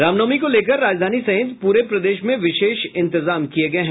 रामनवमी को लेकर राजधानी सहित पूरे प्रदेश में विशेष इंतजाम किये गये हैं